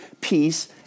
peace